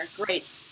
great